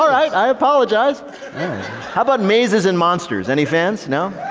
i apologize. how about mazes and monsters any fans? no?